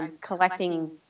collecting